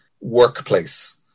workplace